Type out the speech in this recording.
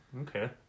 Okay